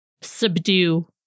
subdue